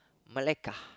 Melaka